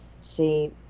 see